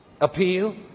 appeal